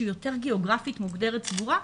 שגיאוגרפית מוגדרת סגורה,